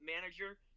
manager